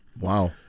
Wow